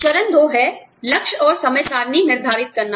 चरण दो है लक्ष्य और समय सारिणी निर्धारित करना